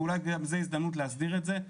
ואולי זאת הזדמנות להסדיר את זה,